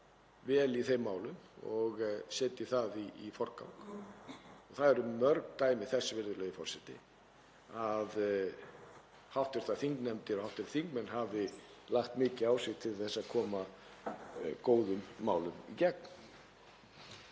vel í þeim málum og setji það í forgang. Það eru mörg dæmi þess, virðulegur forseti, að hv. þingnefndir og hv. þingmenn hafi lagt mikið á sig til að koma góðum málum í gegn.